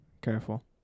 Careful